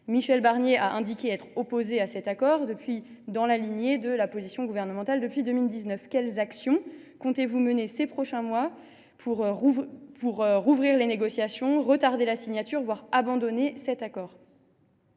Michel Barnier a indiqué être opposé à cet accord, dans la lignée de la position gouvernementale depuis 2019. Quelles actions comptez vous mener au cours des prochains mois pour rouvrir les négociations, retarder la signature de l’accord, voire abandonner celui ci ?